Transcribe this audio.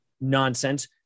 nonsense